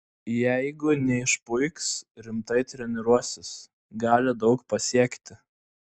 jeigu neišpuiks rimtai treniruosis gali daug pasiekti